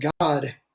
God